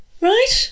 right